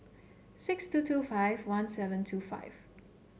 six two two five one seven two five